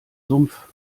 sumpf